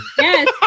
Yes